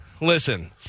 Listen